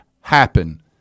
happen